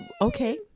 okay